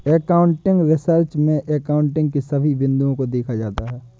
accounting research में accounting के सभी बिंदुओं को देखा जाता है